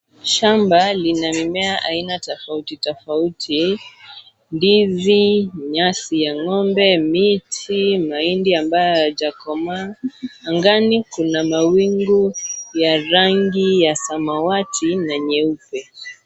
Shamba lina mimea aina tofauti tofauti ndizi, nyasi ya ngo'mbe , miti mahindi ambayo hayajakomaa. Angani kuna mawingu ya rangi ya samawati na nyeupe.